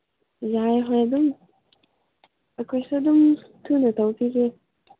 ꯌꯥꯏ ꯍꯣꯏ ꯑꯗꯨꯝ ꯑꯩꯈꯣꯏꯁꯨ ꯑꯗꯨꯝ ꯊꯨꯅ ꯇꯧꯕꯤꯒꯦ